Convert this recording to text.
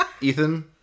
Ethan